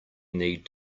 need